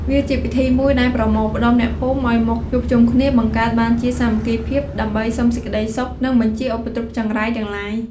វាជាពិធីមួយដែលប្រមូលផ្ដុំអ្នកភូមិ ឲ្យមកជួបជុំគ្នា បង្កើតបានជាសាមគ្គីភាព ដើម្បីសុំសេចក្តីសុខនិងបញ្ជៀសឧបទ្រពចង្រៃទាំងឡាយ។